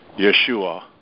Yeshua